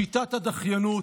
שיטת הדחיינות.